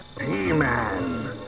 He-Man